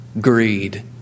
greed